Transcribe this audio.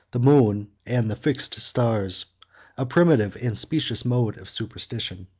the moon, and the fixed stars a primitive and specious mode of superstition.